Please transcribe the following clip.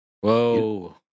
Whoa